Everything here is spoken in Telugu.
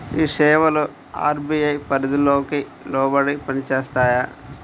ఈ సేవలు అర్.బీ.ఐ పరిధికి లోబడి పని చేస్తాయా?